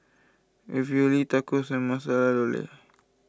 Ravioli Tacos and Masala